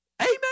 Amen